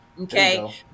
okay